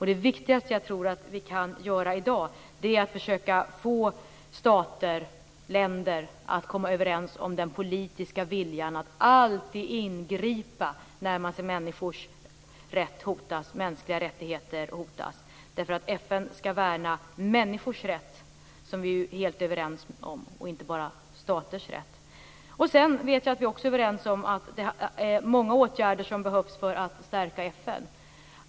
Det viktigaste som jag tror att vi kan göra i dag är att försöka få stater, länder, att komma överens om den politiska viljan att alltid ingripa när de ser mänskliga rättigheter hotas, därför att FN skall värna människors rätt, vilket vi är helt överens om, och inte bara staters rätt. Jag vet också att vi är överens om att det är många åtgärder som behövs för att stärka FN.